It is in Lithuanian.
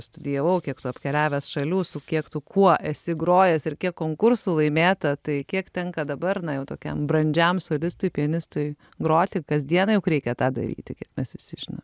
studijavau kiek esu apkeliavęs šalių su kiek tu kuo esi grojęs ir kiek konkursų laimėta tai kiek tenka dabar na jau tokiam brandžiam solistui pianistui groti kasdieną juk reikia tą daryti nes visi žino